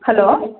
hello